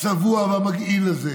הצבוע והמגעיל הזה,